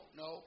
no